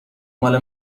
مال